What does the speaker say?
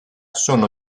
sono